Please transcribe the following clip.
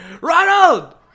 Ronald